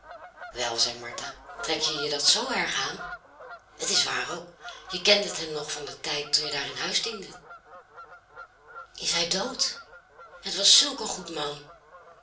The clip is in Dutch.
wel zeide martha trek je je dat zoo erg aan t is waar ook je kendet hem nog van den tijd toen je daar in huis diendet is hij dood het was zulk een goed man